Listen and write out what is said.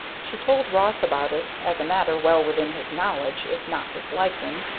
she told ross about it, as a matter well within his knowledge, if not his liking,